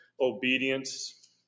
Obedience